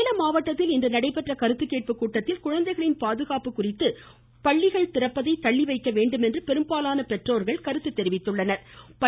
சேலம் மாவட்டத்தில் இன்று நடைபெற்ற கருத்து கேட்பு கூட்டத்தில் குழந்தைகளின் பாதுகாப்பை குறித்து பள்ளிகள் திறப்பதை தள்ளிவைக்க வேண்டும் என்று பெரும்பாலான பெற்றோர்கள் கருத்து தெரிவித்துள்ளனர்